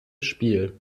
spiel